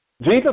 Jesus